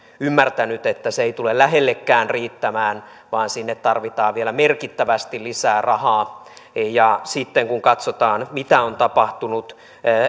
ymmärtänyt että se ei tule lähellekään riittämään vaan sinne tarvitaan vielä merkittävästi lisää rahaa ja sitten kun katsotaan mitä on tapahtunut